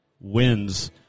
wins